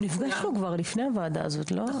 נפגשנו כבר לפני הוועדה הזאת, לא?